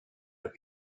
are